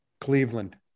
Cleveland